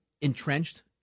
entrenched –